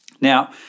Now